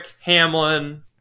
Hamlin